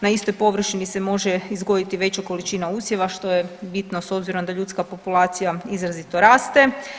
Na istoj površini se može uzgojiti veća količina usjeva što je bitno s obzirom da ljudska populacija izrazito raste.